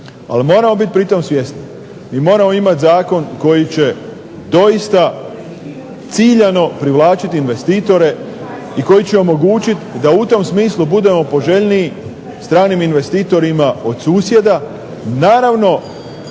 ali moramo biti pri tome svjesni i moramo imati zakon koji će doista ciljano privlačiti investitore i koji će omogućiti da u tom smislu budemo poželjniji stranim investitorima od susjeda naravno